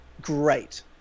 great